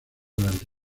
durante